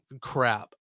crap